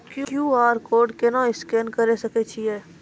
QR code scan केना करै सकय छियै?